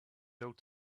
held